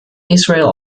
israel